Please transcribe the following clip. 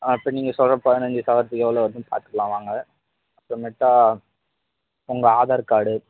அப்போ நீங்கள் சொல்கிற பதினஞ்சு சவரத்துக்கு எவ்வளோ வருதுன்னு பார்த்துக்கலாம் வாங்க டெஃபனட்டாக உங்க ஆதார் கார்டு